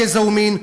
גזע ומין,